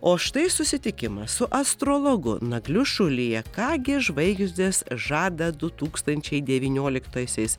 o štai susitikimas su astrologu nagliu šulija ką gi žvaigždės žada du tūkstančiai devynioliktaisiais